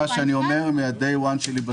שאני אומר מן היום הראשון שלי בתפקיד.